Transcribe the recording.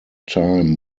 time